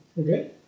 Okay